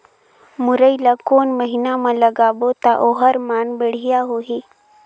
मुरई ला कोन महीना मा लगाबो ता ओहार मान बेडिया होही?